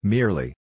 Merely